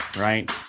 right